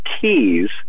keys